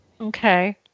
Okay